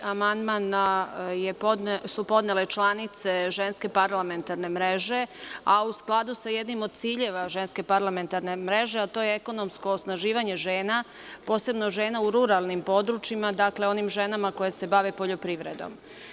Amandman su podnele članice Ženske parlamentarne mreže, a u skladu sa jednim od ciljeva Ženske parlamentarne mreže, a to je ekonomsko osnaživanje žena, posebno žena u ruralnim područjima, onim ženama koje se bave poljoprivedom.